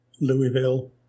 Louisville